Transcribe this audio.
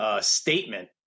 statement